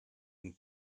and